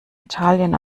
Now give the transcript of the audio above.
italien